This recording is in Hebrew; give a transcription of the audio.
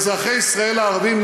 אזרחי ישראל הערבים,